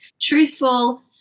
truthful